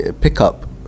pickup